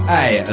Hey